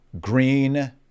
green